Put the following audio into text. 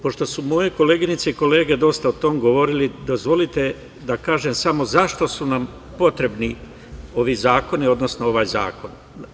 Pošto su moje koleginice i kolege dosta o tome govorili, dozvolite da kažem samo zašto su nam potrebni ovi zakoni, odnosno ovaj zakon.